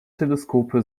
teleskope